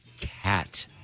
Cat